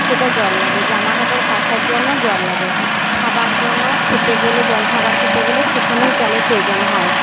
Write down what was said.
সেটা জল লাগে জামাকাপড় কাচার জন্য জল লাগে খাবার জন্য খেতে গেলে জল খাবার খেতে গেলে সেখানেও জলের প্রয়োজন হয়